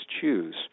choose